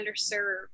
underserved